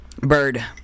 Bird